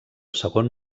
segon